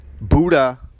Buddha